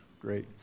great